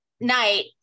night